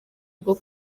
bwo